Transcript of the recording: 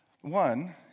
One